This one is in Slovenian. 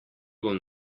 bom